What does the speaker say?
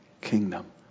kingdom